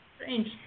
Strange